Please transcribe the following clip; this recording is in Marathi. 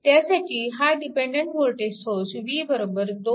त्यासाठी हा dependent voltage source v 2 ix